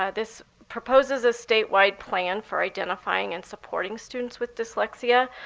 ah this proposes a statewide plan for identifying and supporting students with dyslexia.